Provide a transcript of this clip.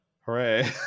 hooray